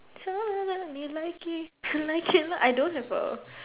sound like me likely me likely like I don't have a